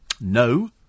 No